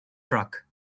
truck